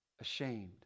ashamed